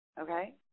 okay